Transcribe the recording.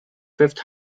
fifth